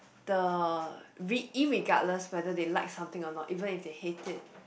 the re~ irregardless whether they like something or not even if they hate it